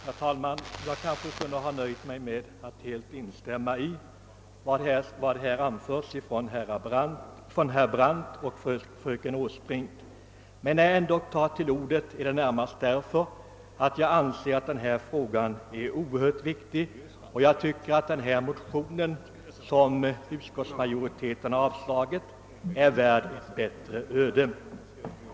Herr talman! Jag kunde kanske ha nöjt mig med att helt instämma i vad som anförts av herr Brandt och fröken Åsbrink. När jag ändock tar till orda är det därför att jag anser frågan vara oerhört viktig och att den motion som utskottsmajoriteten har avstyrkt är värd ett bättre öde.